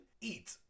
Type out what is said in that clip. Eat